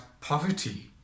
poverty